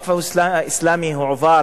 הווקף האסלאמי הועבר